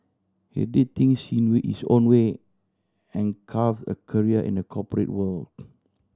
he did things in his own way and carve a career in the corporate world